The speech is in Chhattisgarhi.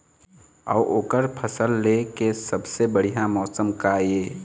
अऊ ओकर फसल लेय के सबसे बढ़िया मौसम का ये?